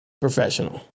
Professional